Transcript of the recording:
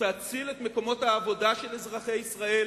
תציל את מקומות העבודה של אזרחי ישראל